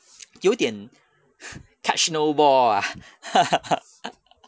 有点 catch no ball ah